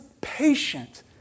patient